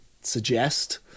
suggest